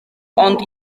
ond